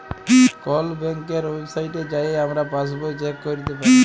call ব্যাংকের ওয়েবসাইটে যাঁয়ে আমরা পাসবই চ্যাক ক্যইরতে পারি